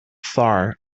far